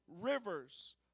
rivers